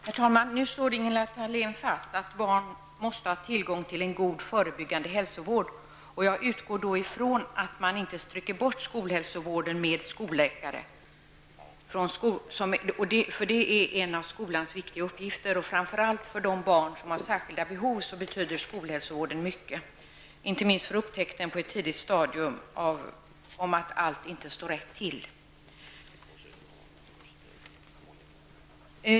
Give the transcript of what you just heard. Herr talman! Nu slår Ingela Thalén fast att barn måste ha tillgång till en god, förebyggande hälsovård. Jag utgår från att man inte stryker skolhälsovården med skolläkare, för den är en av skolans viktiga uppgifter. Skolhälsovården betyder mycket, framför allt för de barn som har särskilda behov och inte minst för att man skall upptäcka på ett tidigt stadium om allt inte står rätt till.